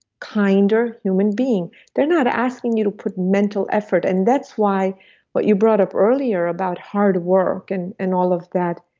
kinder human being they're not asking you to put mental effort, and that's why what you brought up earlier about hard work and and all of that,